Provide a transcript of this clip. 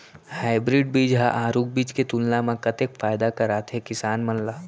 Hybrid बीज हा आरूग बीज के तुलना मा कतेक फायदा कराथे किसान मन ला?